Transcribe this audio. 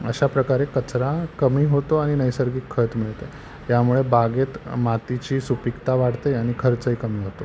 अशा प्रकारे कचरा कमी होतो आणि नैसर्गिक खत मिळते यामुळे बागेत मातीची सुपिकता वाढते आणि खर्चही कमी होतो